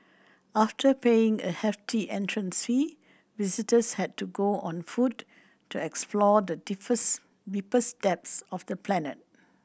after paying a hefty entrance fee visitors had to go on foot to explore the deepest depths of the planet